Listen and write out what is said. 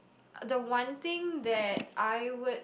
uh the one thing that I would